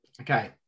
Okay